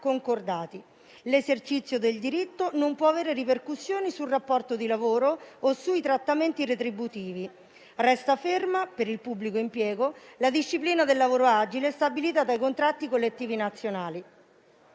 concordati. L'esercizio del diritto non può avere ripercussioni sul rapporto di lavoro o sui trattamenti retributivi. Resta ferma per il pubblico impiego la disciplina del lavoro agile stabilita dai contratti collettivi nazionali,